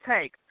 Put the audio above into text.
take